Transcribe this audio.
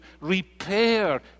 repair